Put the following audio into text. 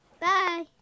Bye